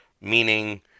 Meaning